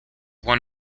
one